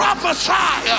prophesy